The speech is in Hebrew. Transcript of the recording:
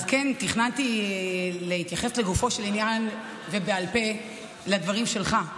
אז תכננתי להתייחס לגופו של עניין ובעל פה לדברים שלך,